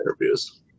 interviews